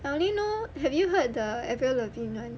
I only know have you heard the avril lavigne [one]